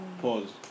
Pause